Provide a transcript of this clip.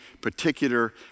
particular